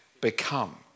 become